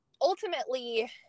ultimately